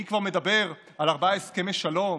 מי כבר מדבר על ארבעה הסכמי שלום,